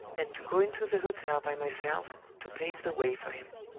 and to go into the hotel by myself to pave the way for him.